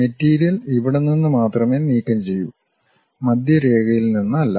material ഇവിടെ നിന്ന് മാത്രമേ നീക്കംചെയ്യൂ മധ്യരേഖയിൽ നിന്ന് അല്ല